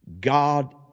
God